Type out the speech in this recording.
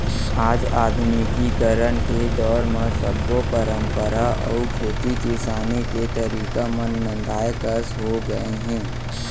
आज आधुनिकीकरन के दौर म सब्बो परंपरा अउ खेती किसानी के तरीका मन नंदाए कस हो गए हे